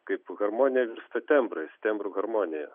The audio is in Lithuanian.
kaip harmonija virsta tembrais tembrų harmonija